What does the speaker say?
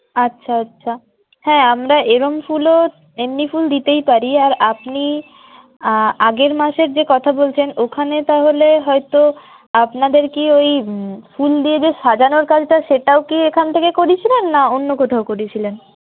আচ্ছা আচ্ছা হ্যাঁ আমরা এরকম ফুলও এমনি ফুল দিতেই পারি আর আপনি আগের মাসের যে কথা বলছেন ওখানে তাহলে হয়তো আপনাদের কি ওই ফুল দিয়ে যে সাজানোর কাজটা সেটাও কি এখান থেকে করিয়েছিলেন না অন্য কোথাও করিয়েছিলেন